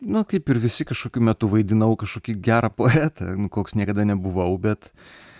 na kaip ir visi kažkokiu metu vaidinau kažkokį gerą poetą koks niekada nebuvau bet